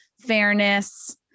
fairness